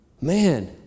Man